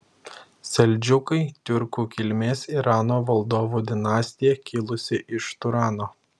seldžiukai tiurkų kilmės irano valdovų dinastija kilusi iš turano